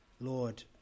Lord